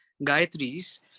Gayatris